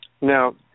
Now